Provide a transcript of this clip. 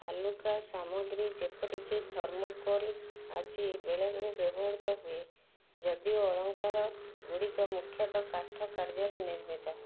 ହାଲୁକା ସାମଗ୍ରୀ ଯେପରିକି ଥର୍ମୋକୋଲ୍ ଆଜି ବେଳେବେଳେ ବ୍ୟବହୃତ ହୁଏ ଯଦିଓ ଅଳଙ୍କାର ଗୁଡି଼କ ମୁଖ୍ୟତଃ କାଠ କାର୍ଯ୍ୟରେ ନିର୍ମିତ